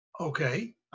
Okay